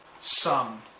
Son